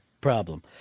problem